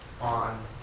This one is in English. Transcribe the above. on